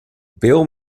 bill